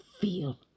feel